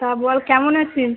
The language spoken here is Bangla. তা বল কেমন আছিস